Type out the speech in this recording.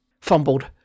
fumbled